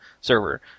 server